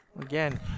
again